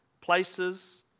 places